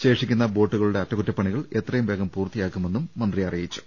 ശേഷിക്കുന്ന ബോട്ടുകളുടെ അറ്റകുറ്റപ്പണികൾ എത്രയും വേഗം പൂർത്തിയാക്കുമെന്നും മന്ത്രി പറഞ്ഞു